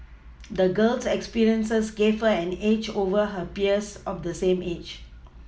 the girl's experiences gave her an edge over her peers of the same age